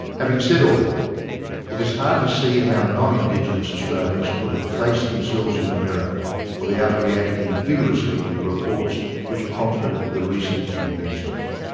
having said all that it is hard to see how non-indigenous australians could have faced themselves in the mirror without reacting vigorously to the reports which prompted the recent interventions.